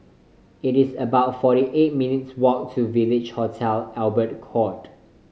it is about forty eight minutes' walk to Village Hotel Albert Court